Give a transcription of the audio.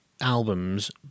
albums